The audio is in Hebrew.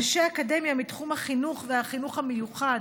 אנשי אקדמיה מתחום החינוך והחינוך המיוחד,